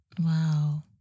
Wow